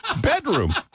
bedroom